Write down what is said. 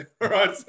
right